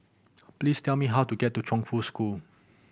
please tell me how to get to Chongfu School